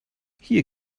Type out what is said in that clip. hier